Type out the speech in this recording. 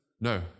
No